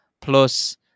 plus